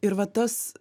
ir va tas